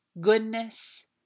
goodness